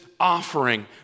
offering